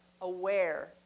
aware